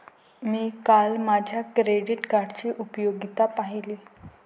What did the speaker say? मी काल माझ्या क्रेडिट कार्डची उपयुक्तता पाहिली